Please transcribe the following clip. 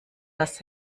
das